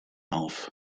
auf